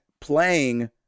playing